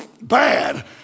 Bad